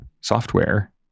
software